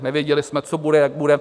Nevěděli jsme, co bude, jak bude.